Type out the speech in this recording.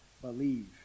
believe